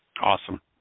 awesome